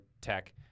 tech